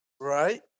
Right